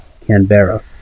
Canberra